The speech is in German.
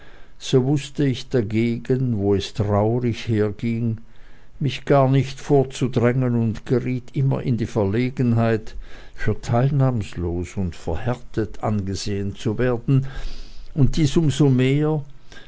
so wußte ich dagegen wo es traurig herging mich gar nicht vorzudrängen und geriet immer in die verlegenheit für teilnahmlos und verhärtet angesehen zu werden und dies um so mehr